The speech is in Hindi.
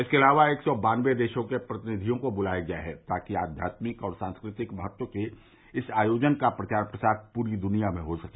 इसके अलावा एक सौ बानबे देशों के प्रतिनिधियों को ब्लाया गया है ताकि आध्यात्मिक और सांस्कृतिक महत्व के इस आयोजन का प्रचार प्रसार पूरी दृनिया में हो सके